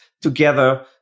together